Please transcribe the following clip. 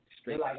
straight